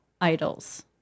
idols